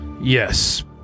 Yes